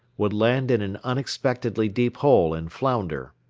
would land in an unexpectedly deep hole and flounder.